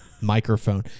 microphone